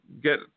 get